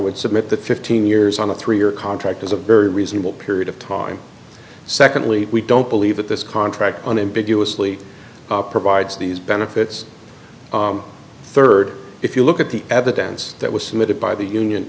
would submit that fifteen years on a three year contract is a very reasonable period of time secondly we don't believe that this contract on ambiguously provides these benefits third if you look at the evidence that was submitted by the union